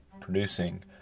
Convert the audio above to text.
producing